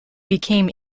became